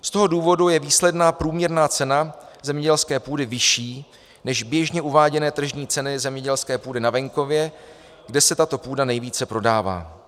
Z toho důvodu je výsledná průměrná cena zemědělské půdy vyšší než běžně uváděné tržní ceny zemědělské půdy na venkově, kde se tato půda nejvíce prodává.